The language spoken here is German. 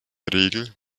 regel